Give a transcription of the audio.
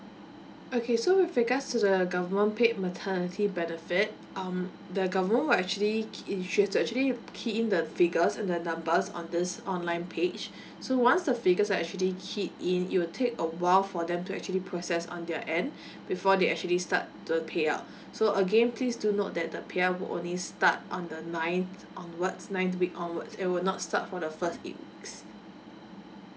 okay so with regards to the government paid maternity benefit um the government will actually she has to actually key in the figures and then numbers on this online page so once the figures are actually key in it will take a while for them to actually process on their end before they actually start the payout so again please do note that the payout will only start on the ninth onward ninth week onward it will not start for the eight weeks